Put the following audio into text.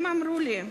הם אמרו לי: